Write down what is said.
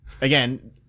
again